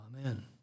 Amen